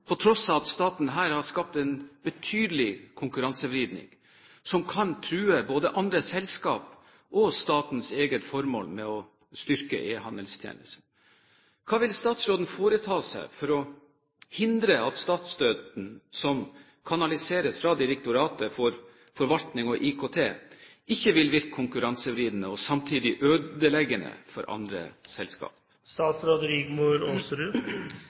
på tross av at staten her har skapt en betydelig konkurransevridning, som kan true både andre selskaper og statens eget formål med å styrke e-handelstjenesten. Hva vil statsråden foreta seg for å hindre at statsstøtten som kanaliseres fra Direktoratet for forvaltning og IKT, ikke vil virke konkurransevridende og samtidig ødeleggende for andre